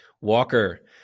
Walker